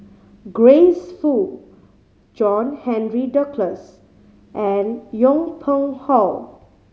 Grace Fu John Henry Duclos and Yong Pung How